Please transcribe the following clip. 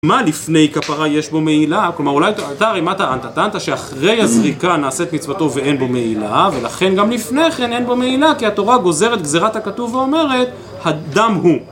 מה לפני כפרה יש בו מהילה? כלומר, אולי תארי, מה טענת? טענת שאחרי הזריקה נעשית מצוותו ואין בו מהילה? ולכן גם לפני כן אין בו מהילה, כי התורה גוזרת גזירת הכתוב ואומרת, הדם הוא.